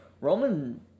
Roman